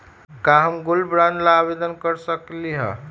का हम gold bond ला आवेदन कर सकली ह?